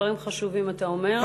דברים חשובים אתה אומר.